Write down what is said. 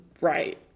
right